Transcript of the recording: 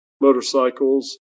motorcycles